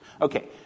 Okay